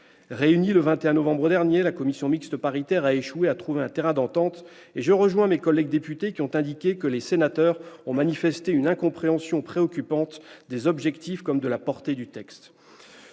Réunie le 21 novembre dernier, la commission mixte paritaire a échoué à trouver un terrain d'entente et je rejoins mes collègues députés qui ont indiqué que « les sénateurs ont manifesté une incompréhension préoccupante des objectifs comme de la portée du texte